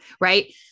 Right